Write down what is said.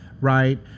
Right